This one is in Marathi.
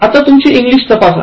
आता तुमची इंग्लिश तपासा